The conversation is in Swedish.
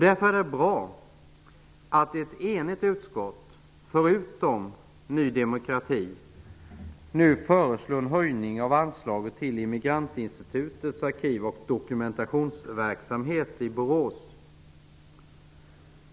Därför är det bra att ett enigt utskott -- förutom Ny demokrati -- nu föreslår en höjning av anslaget till Immigrantinstitutets arkiv och dokumentationsverksamhet i Borås.